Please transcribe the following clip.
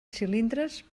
cilindres